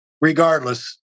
regardless